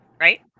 right